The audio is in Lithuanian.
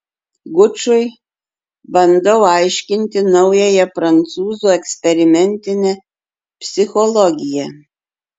gučui bandau aiškinti naująją prancūzų eksperimentinę psichologiją